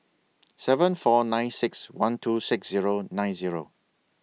seven four nine six one two six Zero nine Zero